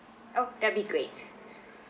oh that'll be great